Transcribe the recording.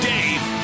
Dave